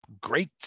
great